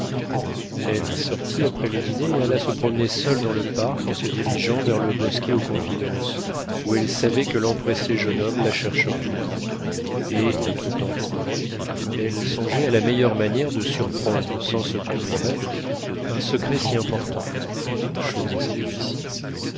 elle sortit après le dîner et alla se promener seule dans le parc en se dirigeant vers le bosquet aux confidences où elle savait que l'empressé jeune homme la chercherait et tout en courant elle songeait à la meilleure manière de surprendre sans se compromettre un secret si important chose assez difficile